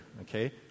okay